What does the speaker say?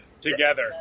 Together